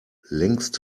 längst